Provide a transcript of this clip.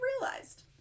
realized